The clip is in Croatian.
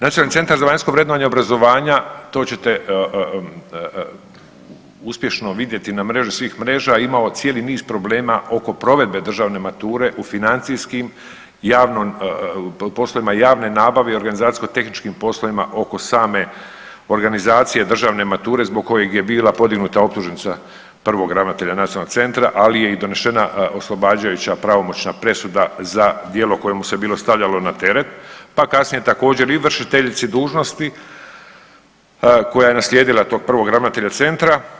Nacionalni centar za vanjsko vrednovanje obrazovanja, to ćete uspješno vidjeti na mreži svih mreža, imao cijeli niz problema oko provedbe državne mature u financijskim, poslovima javne nabave i organizacijsko tehničkim poslovima oko same organizacije državne mature zbog kojeg je bila podignuta optužnica prvog ravnatelja nacionalnog centra, ali je i donešena oslobađajuća pravomoćna presuda za djelo koje mu se bilo stavljalo na teret, pa kasnije također i vršiteljici dužnosti koja je naslijedila tog prvog ravnatelja centra.